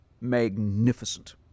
magnificent